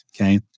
Okay